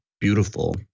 beautiful